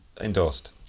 Endorsed